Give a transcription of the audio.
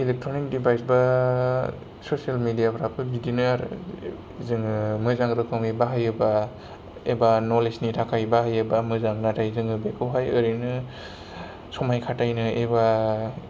electronic device बा social मिडियाफ्राबो बिदिनो आरो जोङो मोजां रोखोमै बाहायोबा एबा नलेजनि थाखाय बाहायोबा मोजां नाथाइ जोङो बेखौहाय ओरैनो समाय खाथायनाय एबा